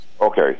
Okay